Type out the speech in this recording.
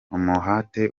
umuhate